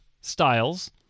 styles